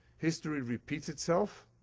history repeats itself,